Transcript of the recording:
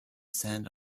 sand